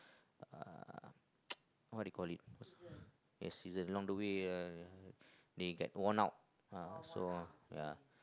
uh what do they call it yeah scissors along the way uh they get worn out ah so yeah